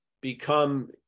become